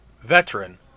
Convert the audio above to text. veteran